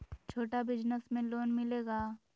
छोटा बिजनस में लोन मिलेगा?